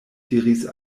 diris